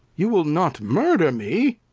you will not murder me?